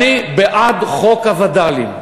אני בעד חוק הווד"לים.